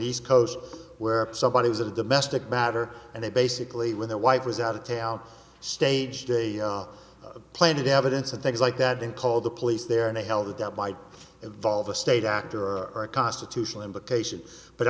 east coast where somebody was a domestic matter and they basically when their wife was out of town staged they planted evidence and things like that and called the police there and they held that that might evolve a state actor or a constitutional implications but